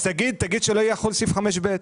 תגיד שלא יחול סעיף 5(ב).